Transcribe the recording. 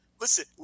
listen